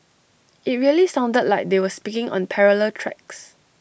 IT really sounded like they were speaking on parallel tracks